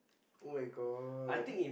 [oh]-my-god